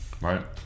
right